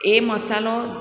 એ મસાલો